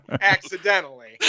accidentally